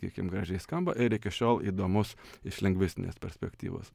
sakykim gražiai skamba ir iki šiol įdomus iš lingvistinės perspektyvos